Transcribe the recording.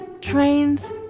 Trains